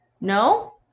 No